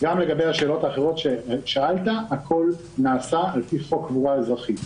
גם לגבי השאלות האחרות ששאלת הכול נעשה על פי חוק קבורה אזרחית,